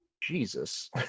Jesus